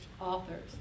authors